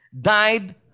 died